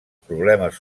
problemes